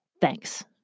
Thanks